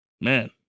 Man